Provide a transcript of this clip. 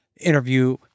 interview